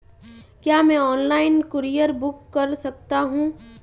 क्या मैं online courier book कर सकता हूँ?